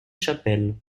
chapelles